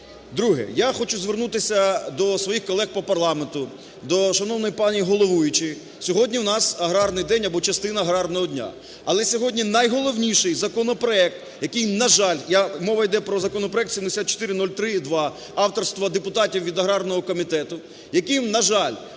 Друге. Я хочу звернутися до своїх колеги по парламенту, до шановної пані головуючої, сьогодні у нас аграрний день або частина аграрного дня, але сьогодні найголовніший законопроект, який, на жаль, мова йде про законопроект 7403-2, авторства депутатів від аграрного комітету, яким, на жаль,